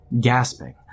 Gasping